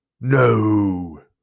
No